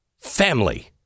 family